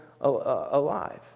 alive